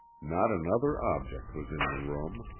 not another object was in the room.